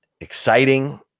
exciting